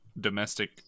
domestic